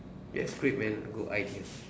yes great man good idea